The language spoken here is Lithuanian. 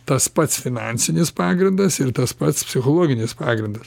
tas pats finansinis pagrindas ir tas pats psichologinis pagrindas